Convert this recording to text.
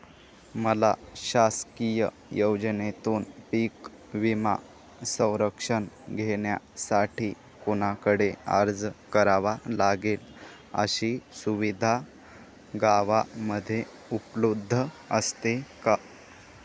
मला शासकीय योजनेतून पीक विमा संरक्षण घेण्यासाठी कुणाकडे अर्ज करावा लागेल? अशी सुविधा गावामध्ये उपलब्ध असते का?